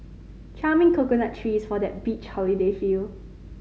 charming coconut trees for that beach holiday feel